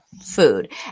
food